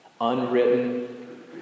unwritten